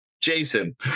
Jason